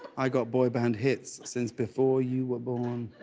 i got boy band hits since before you were born.